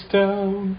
down